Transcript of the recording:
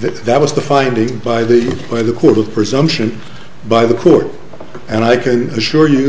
that that was the finding by the by the court of presumption by the court and i can assure you